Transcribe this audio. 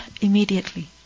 immediately